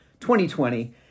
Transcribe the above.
2020